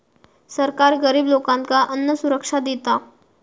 सरकार गरिब लोकांका अन्नसुरक्षा देता